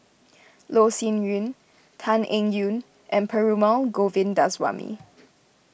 Loh Sin Yun Tan Eng Yoon and Perumal Govindaswamy